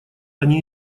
они